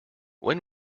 when